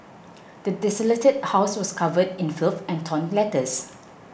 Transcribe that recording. the desolated house was covered in filth and torn letters